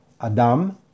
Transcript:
Adam